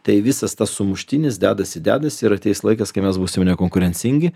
tai visas tas sumuštinis dedasi dedasi ir ateis laikas kai mes būsime nekonkurencingi